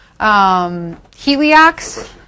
Heliox